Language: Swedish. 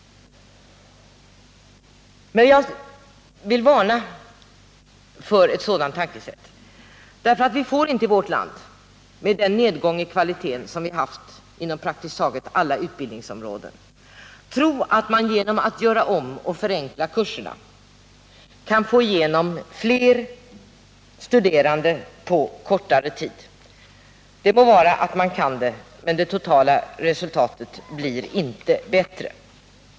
Jag vill varna för ett sådant tänkesätt. Vi får inte i vårt land — med den nedgång i kvalitet som har skett inom praktiskt taget alla utbildningsområden —- tro att man genom att göra om och förenkla kurser kan få igenom flera studerande på kortare tid. Må vara att man kan det, men det totala resultatet blir inte bättre.